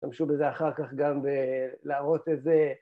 ‫תשתמשו בזה אחר כך גם בלהראות איזה...